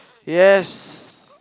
yes